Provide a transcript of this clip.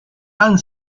han